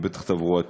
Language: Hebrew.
זה בטח תברואתית,